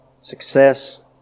success